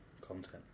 content